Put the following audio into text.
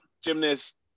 gymnast